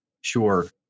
Sure